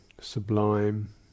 sublime